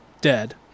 dead